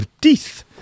teeth